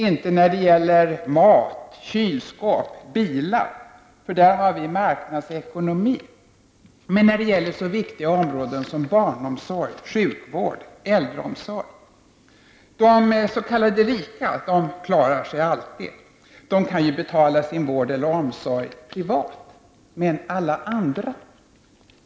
Inte när det gäller mat, kylskåp och bilar, för där har vi marknadsekonomi, men när det gäller så viktiga områden som barnomsorg, sjukvård och äldreomsorg. De s.k. rika klarar sig alltid. De kan ju betala sin vård eller omsorg privat. Men alla andra?